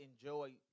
enjoy